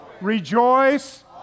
Rejoice